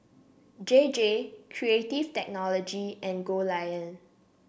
J J Creative Technology and Goldlion